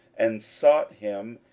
and sought him,